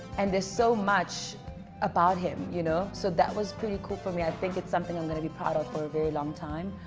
and there's so much about him you know so that was pretty cool for me i think it's something i'm gonna be proud of for a very long time